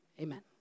amen